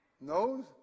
No